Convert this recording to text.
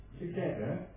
Together